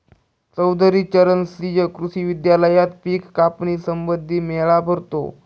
चौधरी चरण सिंह कृषी विद्यालयात पिक कापणी संबंधी मेळा भरतो